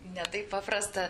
ne taip paprasta